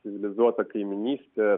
civilizuota kaimynystę